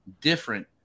different